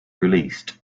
released